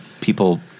people